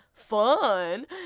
Fun